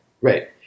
right